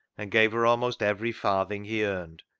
and gave her almost every farthing he earned,